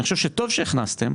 אני חושב שטוב שהכנסתם,